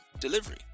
delivery